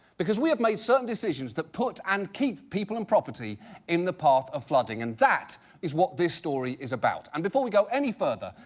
because we have made certain decisions that put and keep people and property in the path of flooding. and that is what this story is about. and before we go any further,